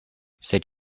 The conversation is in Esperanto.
sed